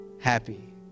happy